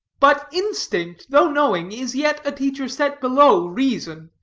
but instinct, though knowing, is yet a teacher set below reason,